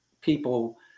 people